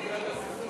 זו הגדרת צינית.